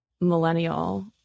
millennial